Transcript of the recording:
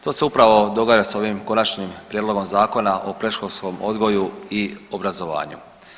To se upravo događa sa ovim Konačnim prijedlogom zakona o predškolskom odgoju i obrazovanju.